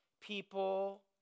people